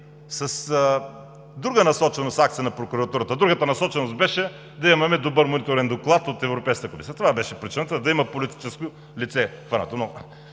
с друга насоченост акция на прокуратурата – другата насоченост беше да имаме добър мониторен доклад от Европейската комисия и това беше причината да има хванато политическо лице.